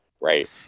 right